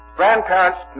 grandparents